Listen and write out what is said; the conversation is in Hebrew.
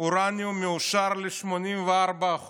אורניום מועשר ל-84%.